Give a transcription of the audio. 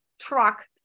truck